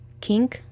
king